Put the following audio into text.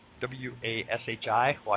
W-A-S-H-I